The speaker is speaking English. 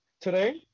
today